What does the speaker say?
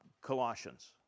Colossians